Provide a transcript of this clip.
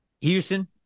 Houston